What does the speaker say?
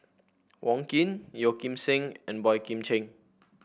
Wong Keen Yeo Kim Seng and Boey Kim Cheng